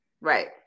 Right